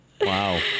wow